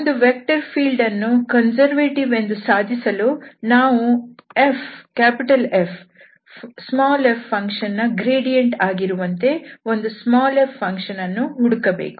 ಒಂದು vector field ಅನ್ನು conservative ಎಂದು ಸಾಧಿಸಲು ನಾವು F ಫಂಕ್ಷನ್ f ನ ಗ್ರೇಡಿಯಂಟ್ ಆಗಿರುವಂತೆ ಒಂದು ಫಂಕ್ಷನ್ f ಅನ್ನು ಹುಡುಕಬೇಕು